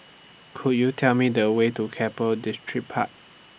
Could YOU Tell Me The Way to Keppel Distripark